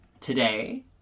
today